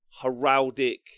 heraldic